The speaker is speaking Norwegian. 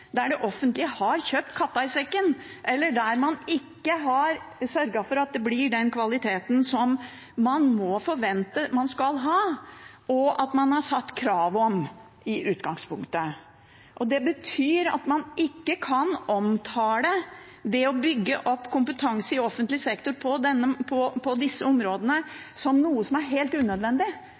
der det offentlige har kjøpt katta i sekken, eller der man ikke har sørget for at det blir den kvaliteten som man må forvente at man skal ha, og som man har stilt krav om i utgangspunktet. Det betyr at man ikke kan omtale det å bygge opp kompetanse i offentlig sektor på disse områdene som noe som er helt unødvendig,